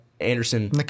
Anderson